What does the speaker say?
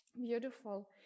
Beautiful